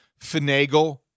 finagle